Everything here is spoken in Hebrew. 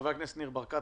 חבר הכנסת ניר ברקת,